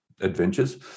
adventures